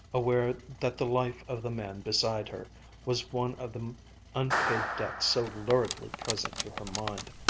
aware that the life of the man beside her was one of the unpaid debts so luridly present to her mind.